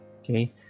okay